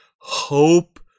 hope